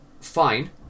fine